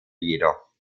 jedoch